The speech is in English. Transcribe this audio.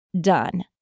done